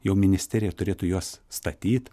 jau ministerija turėtų juos statyt